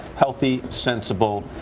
healthy, sensible,